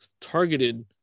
targeted